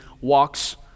walks